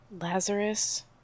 Lazarus